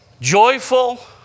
joyful